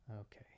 Okay